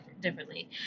differently